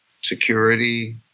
security